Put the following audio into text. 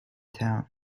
town